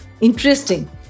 Interesting